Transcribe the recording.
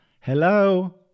Hello